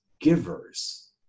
givers